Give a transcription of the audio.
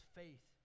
faith